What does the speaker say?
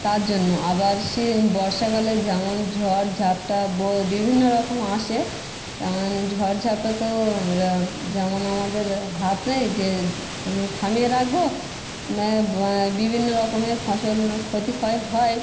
তার জন্য আবার সে বর্ষাকালে যেমন ঝড় ঝাপটা বো বিভিন্ন রকম আসে তেমন ঝড় ঝাপটা তো যেমন আমাদের হাত নেই যে আমি থামিয়ে রাখবো ম্যা ব্যা বিভিন্ন রকমের ফসল ক্ষতি হয় হয়